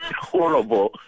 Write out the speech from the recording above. Horrible